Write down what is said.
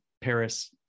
Paris